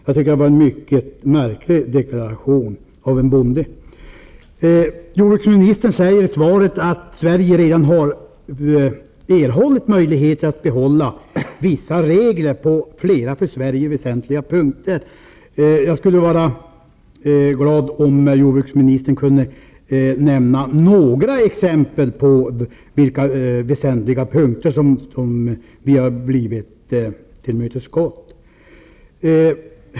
Det tycker jag är en mycket märklig deklaration av en bonde. Jordbruksministern säger i svaret att Sverige redan har erhållit möjligheter att behålla vissa regler på flera för Sverige väsentliga punkter. Jag skulle vara glad om jordbruksministern kunde nämna några exempel på väsentliga punkter där man har tillmötesgått oss.